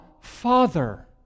Father